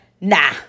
Nah